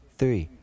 three